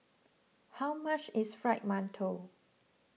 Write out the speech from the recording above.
how much is Fried Mantou